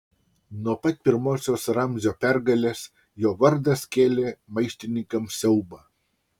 nuo pat pirmosios ramzio pergalės jo vardas kėlė maištininkams siaubą